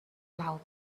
aloud